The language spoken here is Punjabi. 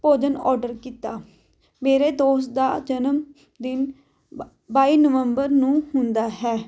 ਭੋਜਨ ਔਰਡਰ ਕੀਤਾ ਮੇਰੇ ਦੋਸਤ ਦਾ ਜਨਮ ਦਿਨ ਬ ਬਾਈ ਨਵੰਬਰ ਨੂੰ ਹੁੰਦਾ ਹੈ